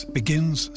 begins